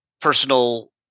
personal